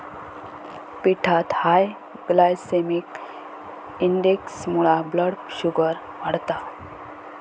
पिठात high glycaemic इंडेक्समुळा blood sugar वाढता